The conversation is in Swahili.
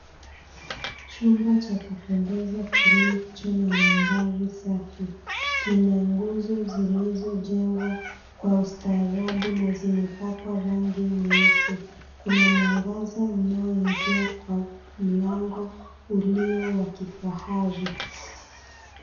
Chumba cha kupendeza kilicho na mandhari safi, kina nguzo zilizojengwa kwa ustaarabu na zimepakwa rangi nyeupe. Kuna mwangaza unaoingia kwa mlango ulio wa kifahari.